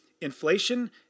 Inflation